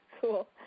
Cool